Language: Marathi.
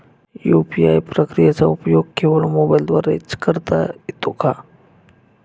यू.पी.आय प्रक्रियेचा उपयोग केवळ मोबाईलद्वारे च करता येतो का?